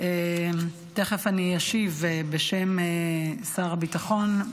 תכף אני אשיב בשם שר הביטחון,